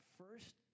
first